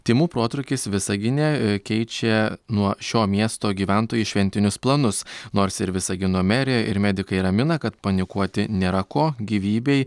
tymų protrūkis visagine keičia nuo šio miesto gyventojų šventinius planus nors ir visagino merė ir medikai ramina kad panikuoti nėra ko gyvybei